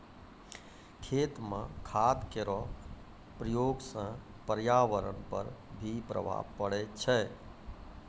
खेत म खाद केरो प्रयोग सँ पर्यावरण पर भी प्रभाव पड़ै छै